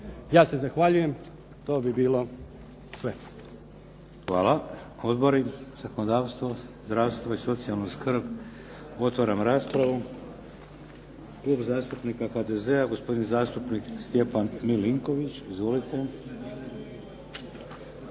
Ja se zahvaljujem. To bi bilo sve. **Šeks, Vladimir (HDZ)** Hvala. Odbori? Zakonodavstvo? Zdravstvo i socijalnu skrb? Otvaram raspravu. Klub zastupnika HDZ-a, gospodin zastupnik Stjepan Milinković. Izvolite.